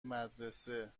مدرسه